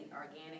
organic